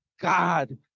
God